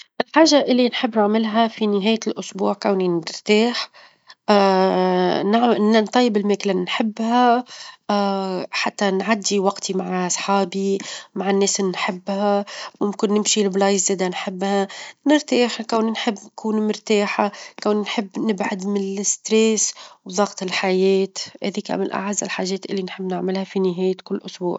الحاجة اللي نحب نعملها في نهاية الأسبوع كوني نرتاح، -نعم- نطيب الماكلة اللي نحبها، حتى نعدي وقتي مع صحابي، مع الناس اللي نحبها، ممكن نمشي لبلايص ذا نحبها، نرتاح كوني نحب نكون مرتاحة، كوني نحب نبعد من الظغط، وظغط الحياة، هذيك من أعز الحاجات اللي نحب نعملها في نهاية كل أسبوع.